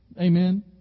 Amen